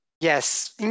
Yes